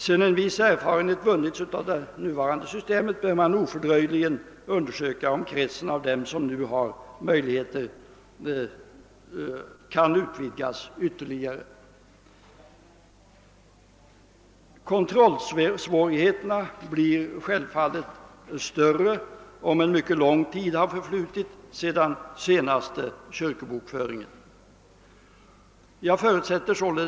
Sedan en viss erfarenhet vunnits av det nuvarande systemet bör man ofördröjligen undersöka om kretsen av dem som har möjligheter att delta i val kan utvidgas ytterligare. Kontrollsvårigheterna blir självfallet större om en mycket lång tid förflutit sedan den senaste kyrkobokföringen i Sverige. Herr talman!